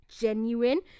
genuine